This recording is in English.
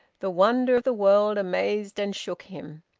the wonder of the world amazed and shook him.